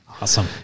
Awesome